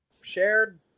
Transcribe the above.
shared